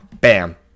bam